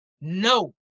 No